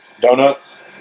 Donuts